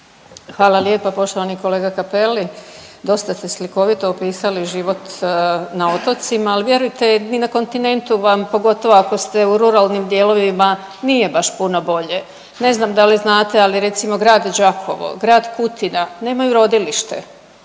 Hvala lijepo. Poštovani kolega Cappelli, dosta ste slikovito opisali život na otocima, ali vjerujte ni na kontinentu vam pogotovo ako ste u ruralnim dijelovima nije baš puno bolje. Ne znam da li znate, ali recimo grad Đakovo i grad Kutina, nemaju rodilište.